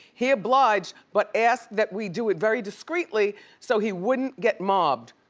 he obliged, but asked that we do it very discretely so he wouldn't get mobbed.